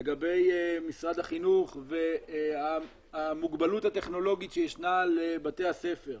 לגבי משרד החינוך והמוגבלות הטכנולוגית שישנה לבתי-הספר.